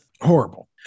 Horrible